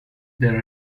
there